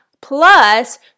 plus